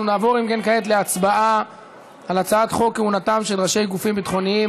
אנחנו נעבור כעת להצבעה על הצעת חוק כהונתם של ראשי גופים ביטחוניים,